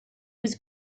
was